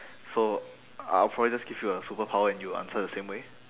so I'll probably just give you a superpower and you answer the same way